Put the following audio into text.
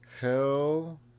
Hell